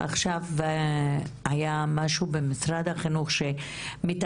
עכשיו היה איזה משהו במשרד החינוך שמתגמלים